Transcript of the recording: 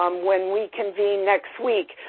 um when we convene next week,